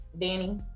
Danny